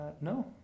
No